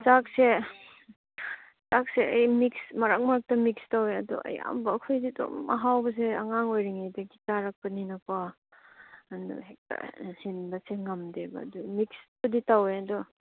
ꯆꯥꯛꯁꯦ ꯆꯥꯛꯁꯦ ꯑꯩ ꯃꯤꯛꯁ ꯃꯔꯛ ꯃꯔꯛꯇ ꯃꯤꯛꯁ ꯇꯧꯔꯦ ꯑꯗꯣ ꯑꯌꯥꯝꯕ ꯑꯩꯈꯣꯏꯗꯤ ꯑꯗꯨꯝ ꯑꯍꯥꯎꯕꯁꯦ ꯑꯉꯥꯡ ꯑꯣꯏꯔꯤꯉꯩꯗꯒꯤ ꯆꯥꯔꯛꯄꯅꯤꯅꯀꯣ ꯑꯗꯨ ꯍꯦꯛꯇ ꯁꯤꯟꯕꯁꯦ ꯉꯝꯗꯦꯕ ꯑꯗꯨ ꯃꯤꯛꯁꯄꯨꯗꯤ ꯇꯧꯋꯦ ꯑꯗꯣ